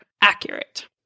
accurate